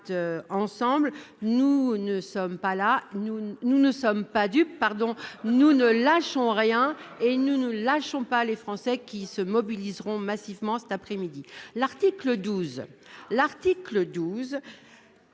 entre vous, à droite, ensemble. Nous ne sommes pas dupes. Nous ne lâchons rien et nous ne lâchons pas les Français, qui se mobiliseront massivement cet après-midi ! L'article 12,